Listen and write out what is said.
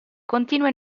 continua